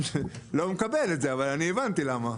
לא מקבל את זה אבל אני הבנתי למה.